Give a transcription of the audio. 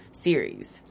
series